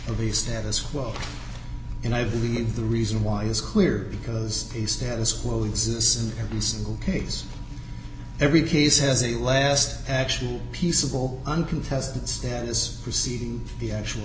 the status quo and i believe the reason why is clear because the status quo exists in every single case every case has a last actual peaceable uncontested status preceding the actual